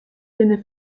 binne